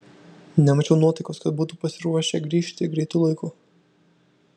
nemačiau nuotaikos kad būtų pasiruošę grįžt greitu laiku